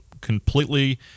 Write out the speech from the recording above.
completely